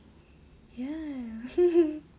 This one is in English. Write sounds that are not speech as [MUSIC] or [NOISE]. ya [LAUGHS]